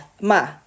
ma